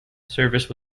service